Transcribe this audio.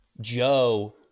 Joe –